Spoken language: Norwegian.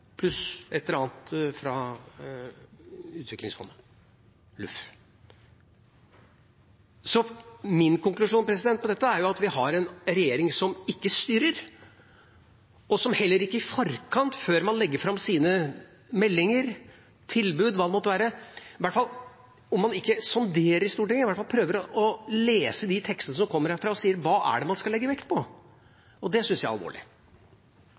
pluss et eller annet fra utviklingsfondet, LUF. Så min konklusjon på dette er at vi har en regjering som ikke styrer, og som heller ikke i forkant, før man legger fram sine meldinger, tilbud, hva det måtte være, om man ikke sonderer i Stortinget, i hvert fall prøver å lese de tekstene som kommer herfra, og sier: Hva er det man skal legge vekt på? Det syns jeg er alvorlig.